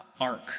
arc